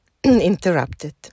interrupted